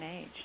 age